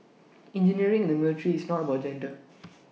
engineering in the military is not about gender